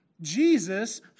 Jesus